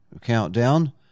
Countdown